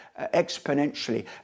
exponentially